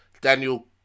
Daniel